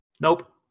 Nope